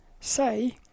say